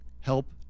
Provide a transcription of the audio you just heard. help